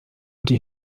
die